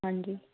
ਹਾਂਜੀ